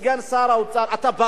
אתה בעצמך יודע,